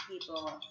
people